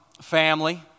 family